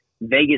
Vegas